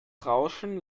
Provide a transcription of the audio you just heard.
rauschen